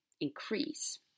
increase